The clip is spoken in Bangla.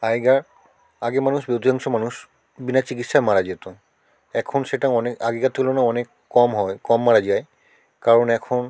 আগেকার আগের মানুষ অধিকাংশ মানুষ বিনা চিকিৎসায় মারা যেত এখন সেটা অনেক আগেকার তুলনায় অনেক কম হয় কম মারা যায় কারণ এখন